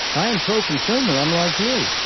i am pro-consumer. i'm like you.